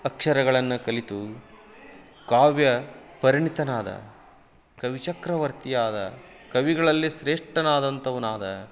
ಅಕ್ಷರಗಳನ್ನು ಕಲಿತು ಕಾವ್ಯ ಪರಿಣಿತನಾದ ಕವಿಚಕ್ರವರ್ತಿಯಾದ ಕವಿಗಳಲ್ಲಿ ಶ್ರೇಷ್ಠನಾದಂಥವನಾದ